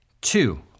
Two